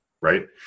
right